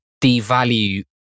devalue